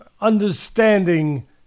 understanding